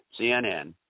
CNN